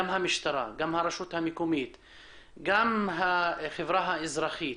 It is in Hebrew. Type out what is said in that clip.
גם המשטרה, גם הרשות המקומית, גם החברה האזרחית,